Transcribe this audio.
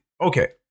Okay